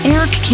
Eric